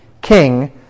king